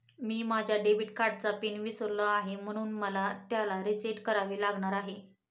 मी माझ्या डेबिट कार्डचा पिन विसरलो आहे म्हणून मला त्याला रीसेट करावे लागणार आहे